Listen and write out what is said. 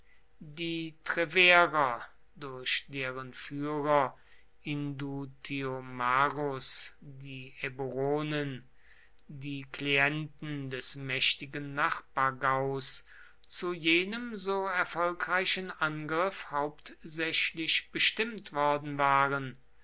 die treverer durch deren führer indutiomarus die eburonen die klienten des mächtigen nachbargaus zu jenem so erfolgreichen angriff hauptsächlich bestimmt worden waren